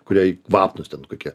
kurie kvapnūs ten kokie